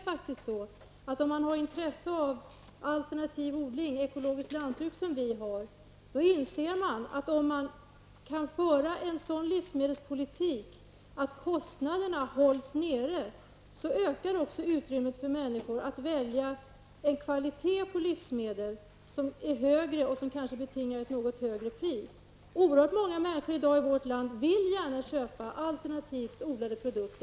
Har man intresse av alternativ odling och ekologiskt lantbruk, som vi har, inser man att om man kan föra en sådan livsmedelspolitik att kostnaderna hålls nere, ökar också utrymmet för människor att välja en kvalitet på livsmedel som är högre och som kanske betingar ett något högre pris. Oerhört många människor i vårt land vill gärna köpa alternativt odlade produkter.